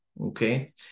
Okay